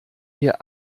wir